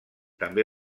també